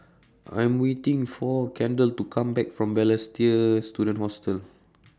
I Am waiting For Kendal to Come Back from Balestier Student Hostel